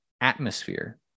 atmosphere